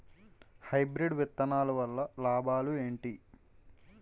Hybrid విత్తనాలు వల్ల లాభాలు ఏంటి?